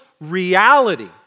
reality